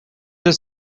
this